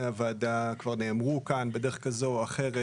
הוועדה כבר נאמרו כאן בדרך כזאת או אחרת.